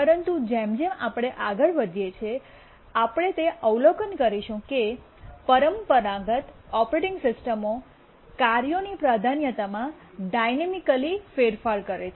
પરંતુ જેમ જેમ આપણે આગળ વધીએ છીએ આપણે તે અવલોકન કરીશું કે પરંપરાગત ઓપરેટિંગ સિસ્ટમો કાર્યોની પ્રાધાન્યતામાં ડાઈનેમિકલી ફેરફાર કરે છે